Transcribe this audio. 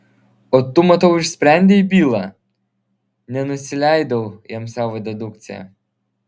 o tu matau išsprendei bylą nenusileidau jam savo dedukcija